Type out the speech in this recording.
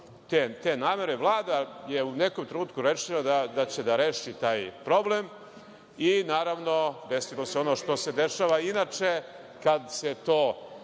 te namere. Vlada je u nekom trenutku rešila da će da reši taj problem i naravno, desilo se ono što se dešava inače kad se to